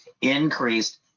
increased